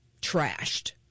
trashed